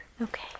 Okay